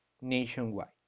nationwide